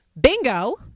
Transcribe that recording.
Bingo